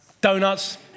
Donuts